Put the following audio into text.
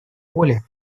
воли